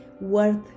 worth